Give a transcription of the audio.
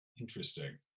Interesting